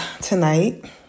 tonight